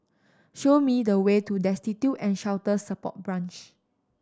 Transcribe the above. show me the way to Destitute and Shelter Support Branch